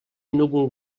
núvol